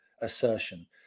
assertion